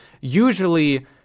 usually